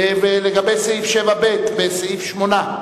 לגבי סעיף 7ב בסעיף 8,